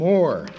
More